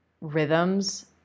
rhythms